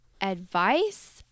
advice